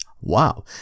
Wow